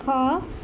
ହଁ